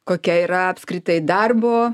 kokia yra apskritai darbo